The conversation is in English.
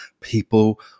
People